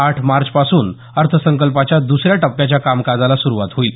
आठ मार्चपासून अर्थसंकल्पाच्या दुसऱ्या टप्प्याच्या कामकाजाला सुरवात होईल